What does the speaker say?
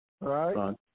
right